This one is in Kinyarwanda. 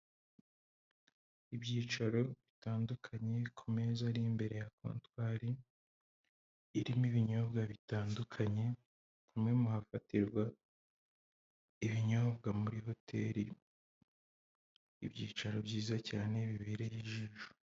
Ibyicaro bitandukanye, ku meza ari imbere ya kontwari irimo ibinyobwa bitandukanye, hamwe mu hafatirwa ibinyobwa muri hoteli, ibyicaro byiza cyane, bibereye ijisho.